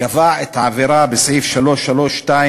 קבע את העבירה בסעיף 332,